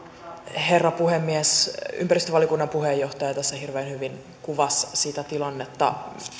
herra puhemies ympäristövaliokunnan puheenjohtaja tässä hirveän hyvin kuvasi sitä tilannetta